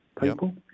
people